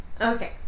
Okay